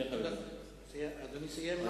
אדוני סיים?